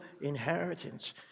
inheritance